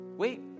Wait